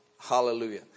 Hallelujah